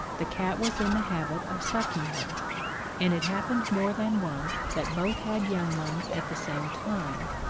the cat was in the habit of sucking her and it happened more than once that both had young ones at the same time,